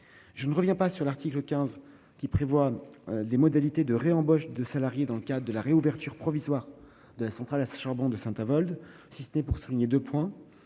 Je ne reviens pas sur l'article 15, qui prévoit les modalités de réembauche de salariés dans le cadre de la réouverture provisoire de la centrale à charbon de Saint-Avold. Je précise néanmoins